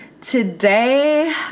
today